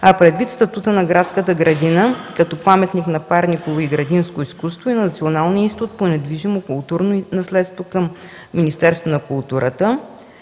а предвид статута на градската градина като паметник на парковото и градинското изкуство, и на Националния институт по недвижимо културно наследство към Министерството на културата,